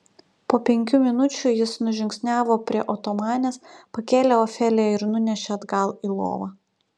po penkių minučių jis nužingsniavo prie otomanės pakėlė ofeliją ir nunešė atgal į lovą